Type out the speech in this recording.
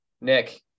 Nick